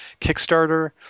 Kickstarter